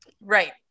right